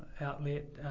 outlet